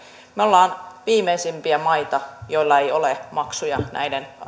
me olemme viimeisimpiä maita joilla ei ole maksuja näiden